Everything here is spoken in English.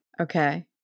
Okay